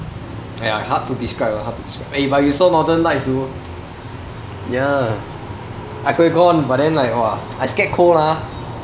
!aiya! hard to describe lah hard to describe eh but you saw northern lights though ya I could have gone but then like !wah! I scared cold lah